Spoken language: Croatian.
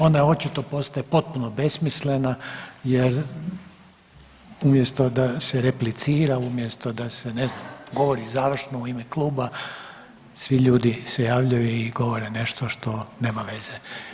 Ona očito postaje potpuno besmislena jer umjesto da se replicira, umjesto da se ne znam govori završno u ime kluba, svi ljudi se javljaju i govore nešto što nema veze.